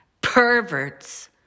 perverts